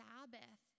Sabbath